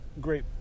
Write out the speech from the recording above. great